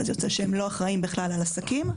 אז יוצא שהם לא אחראים בכלל על עסקים.